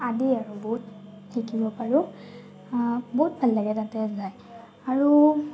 আদি আৰু বহুত শিকিব পাৰোঁ বহুত ভাল লাগে তাতে যায় আৰু